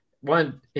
one